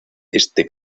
éste